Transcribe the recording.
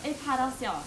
the